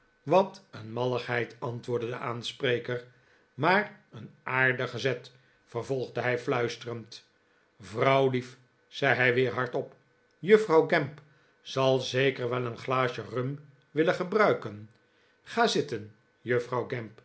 wat een malligheid antwoordde de aanspreker maar een aardige zet vervolgde hij fluisterend vrouwliefl zei hij weer hardop juffrouw gamp zal zeker wel een glaasje rum willen gebruiken ga zitten juffrouw